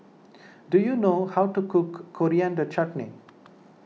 do you know how to cook Coriander Chutney